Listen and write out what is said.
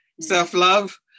Self-love